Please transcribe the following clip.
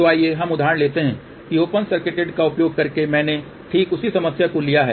तो आइए हम उदाहरण लेते हैं कि ओपन सर्किटेड का उपयोग करके मैंने ठीक उसी समस्या को लिया है